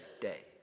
day